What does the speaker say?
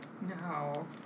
No